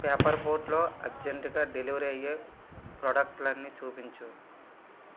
పేపర్బోట్లో అర్జెంట్గా డెలివరీ అయ్యే ప్రాడక్ట్ లన్నీచూపించు